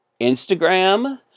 Instagram